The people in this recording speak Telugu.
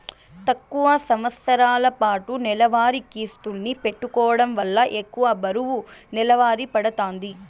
తక్కువ సంవస్తరాలపాటు నెలవారీ కిస్తుల్ని పెట్టుకోవడం వల్ల ఎక్కువ బరువు నెలవారీ పడతాంది